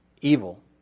evil